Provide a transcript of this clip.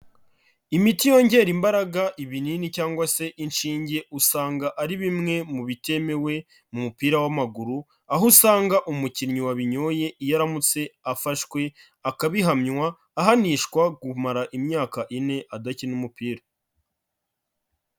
Imiti yongera imbaraga ibinini cyangwa se inshinge, usanga ari bimwe mu bitemewe mu mupira w'amaguru aho usanga umukinnyi wabinyoye iyo aramutse afashwe akabihamywa, ahanishwa kumara imyaka ine adakina umupira.